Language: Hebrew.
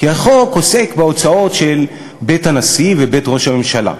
כי החוק עוסק בהוצאות של בית הנשיא ובית ראש הממשלה.